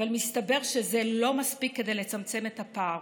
אבל מסתבר שזה לא מספיק כדי לצמצם את הפער.